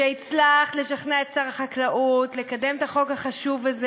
שהצלחת לשכנע את שר החקלאות לקדם את החוק החשוב הזה.